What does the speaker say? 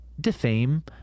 defame